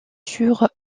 sur